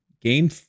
game